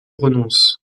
renonce